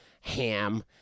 ham